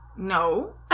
No